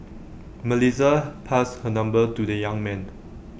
Melissa passed her number to the young man